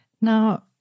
Now